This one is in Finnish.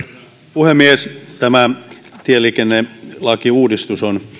puhemies tämä tieliikennelakiuudistus on